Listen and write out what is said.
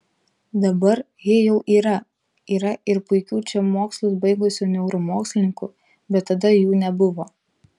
dabar ji jau yra yra ir puikių čia mokslus baigusių neuromokslininkų bet tada jų nebuvo